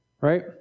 right